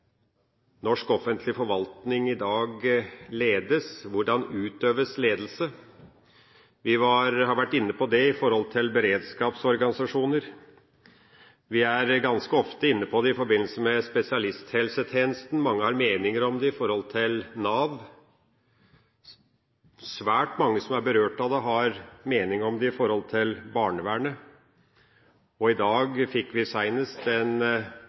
norsk offentlig forvaltning i dag ledes, hvordan ledelse utøves. Vi har vært inne på dette i forhold til beredskapsorganisasjoner, vi er ganske ofte inne på det i forbindelse med spesialisthelsetjenesten, og mange har meninger om det i forhold til Nav. Svært mange som er berørt av det, har en mening om det i forhold til barnevernet, og senest i dag fikk vi